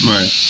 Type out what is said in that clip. Right